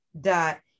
dot